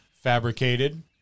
Fabricated